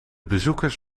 bezoekers